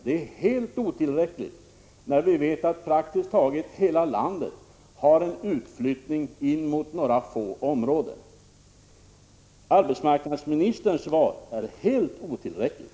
Det är helt otillräckligt när praktiskt taget hela landet har en utflyttning som går in mot några få områden. Arbetsmarknadsministerns svar är helt otillräckligt.